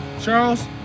Charles